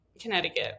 connecticut